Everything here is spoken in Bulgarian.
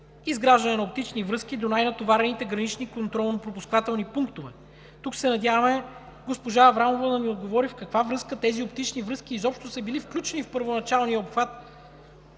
изграждане на оптични връзки до най-натоварените гранични контролно-пропускателни пунктове. Тук се надяваме госпожа Аврамова да ни отговори: в каква връзка тези оптични връзки изобщо са били включени в първоначалния обхват